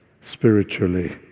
spiritually